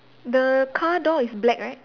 the car door is black right